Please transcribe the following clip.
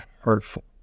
hurtful